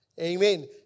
Amen